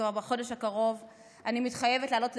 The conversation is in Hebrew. כבר בחודש הקרוב אני מתחייבת להעלות על